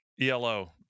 ELO